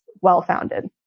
well-founded